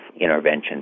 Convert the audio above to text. interventions